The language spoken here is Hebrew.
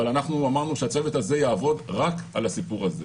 אבל אנחנו אמרנו שהצוות הזה יעבוד רק על הסיפור הזה.